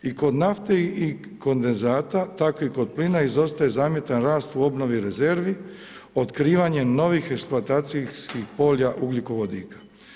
I kod nafte i kondenzata takvih kod plina izostaje zametan rast u obnovi rezervi otkrivanjem novih eksploatacijskih polja ugljikovodika.